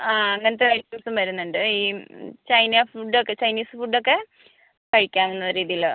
ആ അങ്ങനത്തെ ഐറ്റംസും വരുന്നുണ്ട് ഈ ചൈനാ ഫുഡൊക്കെ ചൈനീസ് ഫുഡൊക്കെ കഴിക്കാനുള്ള രീതിയില്